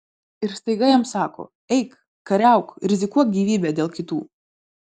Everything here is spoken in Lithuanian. ir staiga jam sako eik kariauk rizikuok gyvybe dėl kitų